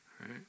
right